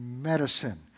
medicine